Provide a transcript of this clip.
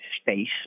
Space